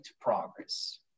progress